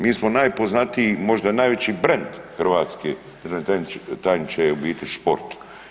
Mi smo najpoznatiji možda najveći brend Hrvatske, državni tajniče je u biti sport.